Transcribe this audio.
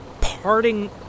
parting